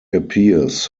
appears